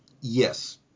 Yes